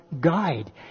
guide